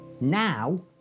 now